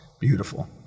beautiful